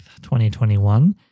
2021